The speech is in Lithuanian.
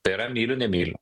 tai yra myliu nemyliu